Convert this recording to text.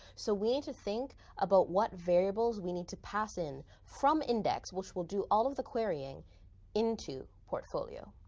so we need to think about what variables we need to pass in from index, which will do all of the querying into portfolio.